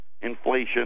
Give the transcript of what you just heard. inflation